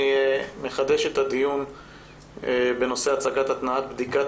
אני מחדש את הדיון בנושא הצגת התנעת בדיקת